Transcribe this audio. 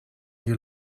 you